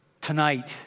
tonight